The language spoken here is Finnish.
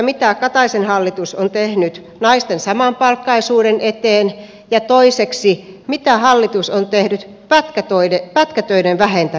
mitä kataisen hallitus on tehnyt naisten samapalkkaisuuden eteen ja toiseksi mitä hallitus on tehnyt pätkätöiden vähentämiseksi